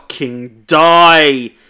die